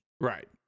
Right